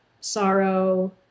sorrow